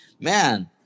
Man